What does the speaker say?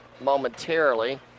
momentarily